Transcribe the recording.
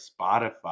Spotify